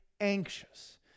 anxious